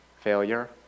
Failure